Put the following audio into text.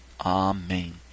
Amen